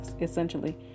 essentially